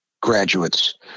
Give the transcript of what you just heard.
graduates